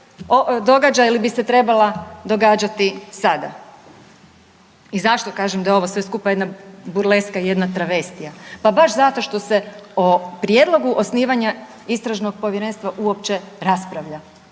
događa ili bi se trebala događati sada. I zašto kažem da je ovo sve skupa jedna burleska i jedna travestija? Pa baš zato što se o Prijedlogu osnivanja Istražnog povjerenstva uopće raspravlja.